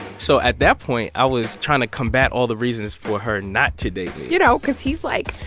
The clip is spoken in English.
so at that point, i was trying to combat all the reasons for her not to date me you know, cause he's, like,